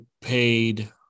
paid